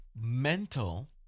mental